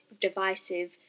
divisive